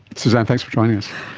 suzanne, thanks for joining us.